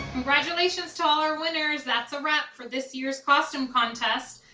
congratulations, to all our winners. that's a wrap for this year's costume contest.